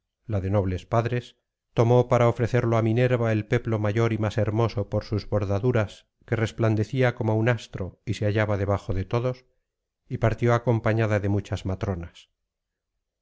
la de nobles padres tomó para ofrecerlo á minerva el peplo mayor y más hermoso por sus bordaduras que resplandecía como un astro y se hallaba debajo de todos y partió acompañada de muchas matronas